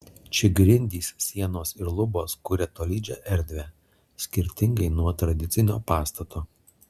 čia grindys sienos ir lubos kuria tolydžią erdvę skirtingai nuo tradicinio pastato